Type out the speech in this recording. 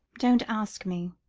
don't ask me.